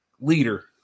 leader